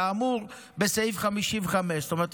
כאמור בסעיף 55'". זאת אומרת,